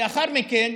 לאחר מכן,